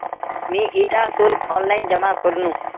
मी इटा शुल्क ऑनलाइन जमा करनु